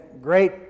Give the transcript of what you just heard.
great